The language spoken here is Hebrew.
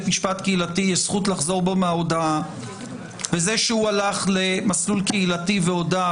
משפט קהילתי יש זכות לחזור בו מההודאה וזה שהוא הלך למסלול קהילתי והודה,